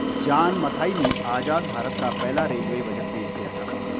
John Mathai ने आजाद भारत का पहला रेलवे बजट पेश किया था